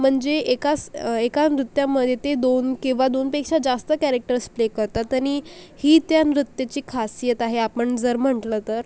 म्हणजे एकास एका नृत्यामध्ये ते दोन किंवा दोनपेक्षा जास्त कॅरेक्टर्स प्ले करतात त्यांनी ही त्या नृत्याची खासियत आहे आपण जर म्हंटलं तर